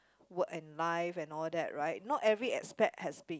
work and life and all that right not every aspect has been